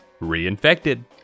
Reinfected